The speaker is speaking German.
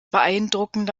beeindruckende